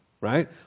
right